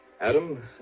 Adam